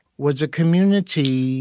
was a community